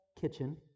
kitchen